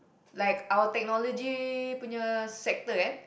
like our technology punya sector eh